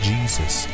Jesus